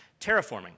Terraforming